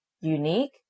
unique